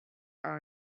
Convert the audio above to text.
our